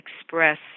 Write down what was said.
express